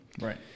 Right